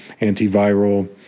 antiviral